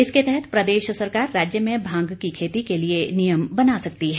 इसके तहत प्रदेश सरकार राज्य में भांग की खेती के लिए नियम बना सकती है